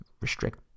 restrict